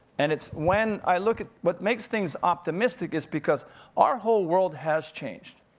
and it's when i look at what makes things optimistic, is because our whole world has changed.